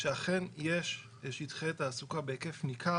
שאכן יש שטחי תעסוקה מיותרים בהיקף ניכר.